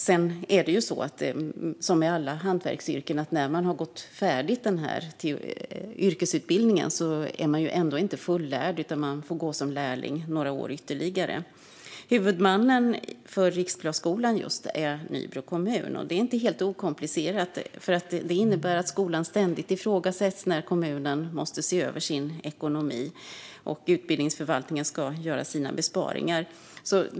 Sedan är det, som i alla hantverksyrken, så att när man har gått färdigt yrkesutbildningen är man ändå inte fullärd utan får gå som lärling några år ytterligare. Huvudman för Riksglasskolan är Nybro kommun. Det är inte helt okomplicerat, för det innebär att skolan ständigt ifrågasätts när kommunen måste se över sin ekonomi och utbildningsförvaltningen ska göra sina besparingar.